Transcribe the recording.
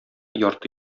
ярты